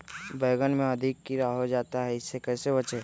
बैंगन में अधिक कीड़ा हो जाता हैं इससे कैसे बचे?